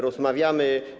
Rozmawiamy.